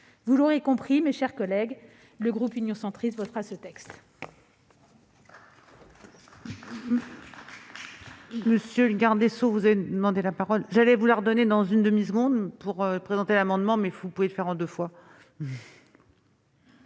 Vous l'aurez compris, mes chers collègues, le groupe Union Centriste votera ce texte.